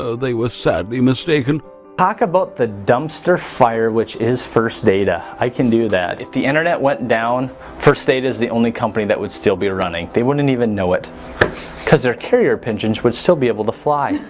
ah they were sadly mistaken. brady talk about the dumpster fire which is first data i can do that. if the internet went down first state is the only company that would still be running. they wouldn't even know it because their carrier pigeons would still be able to fly.